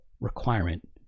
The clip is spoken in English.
requirement